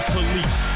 Police